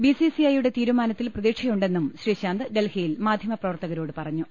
B C C ഐയുടെ തീരുമാനത്തിൽ പ്രതീ ക്ഷയുണ്ടെന്നും ശ്രീശാന്ത് ഡൽഹിയിൽ മാധ്യമ പ്രവർത്തക രോട് പറഞ്ഞു